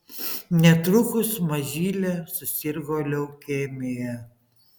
netrukus mažylė susirgo leukemija